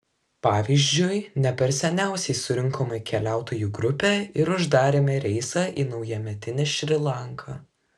pavyzdžiui ne per seniausiai surinkome keliautojų grupę ir uždarėme reisą į naujametinę šri lanką